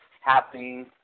happening